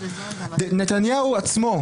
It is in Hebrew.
נתניהו עצמו,